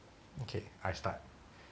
okay I start